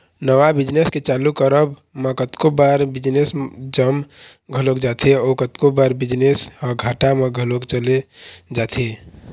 नवा बिजनेस के चालू करब म कतको बार बिजनेस जम घलोक जाथे अउ कतको बार बिजनेस ह घाटा म घलोक चले जाथे